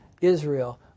Israel